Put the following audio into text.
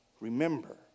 Remember